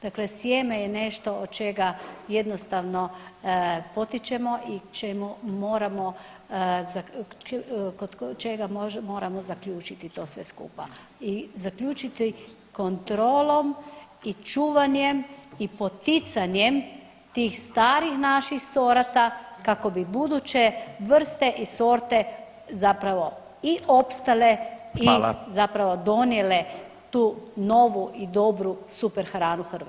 Dakle, sjeme je nešto od čega jednostavno potičemo i čemu moramo kod čega moramo zaključiti to sve skupa i zaključiti kontrolom i čuvanjem i poticanjem tih starih naših sorata kako bi buduće vrste i sorte zapravo i opstale [[Upadica Radin: Hvala.]] i zapravo donijele tu novu i dobru super hranu Hrvatske.